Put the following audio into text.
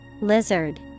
Lizard